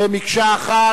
במקשה אחת.